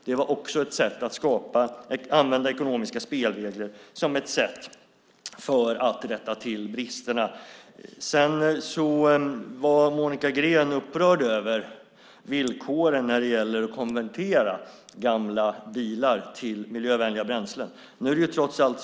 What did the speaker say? Det är också ett sätt att använda ekonomiska styrmedel för att rätta till bristerna. Monica Green var upprörd över villkoren när det gäller att konvertera gamla bilar så att de kan använda miljövänliga bränslen.